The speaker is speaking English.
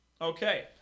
okay